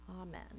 amen